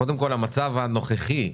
קודם כל המצב הנוכחי,